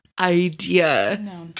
idea